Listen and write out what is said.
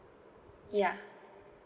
yeah